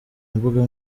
mbuga